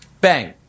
bang